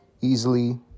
easily